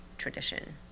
tradition